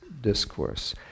discourse